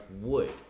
wood